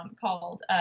called